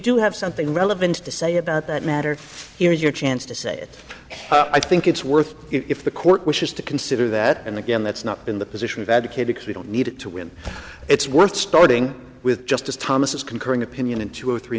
do have something relevant to say about that matter here is your chance to say it i think it's worth it if the court wishes to consider that and again that's not been the position of advocate because we don't need it to win it's worth starting with justice thomas is concurring opinion in two or three